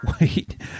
Wait